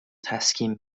تسکین